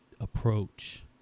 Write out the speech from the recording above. approach